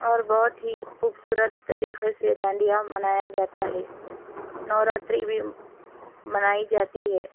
اور بہت ہی خوبصورت طریقے سے ڈانڈیا منایا جاتا ہے نوراتری بھی منائی جاتی ہے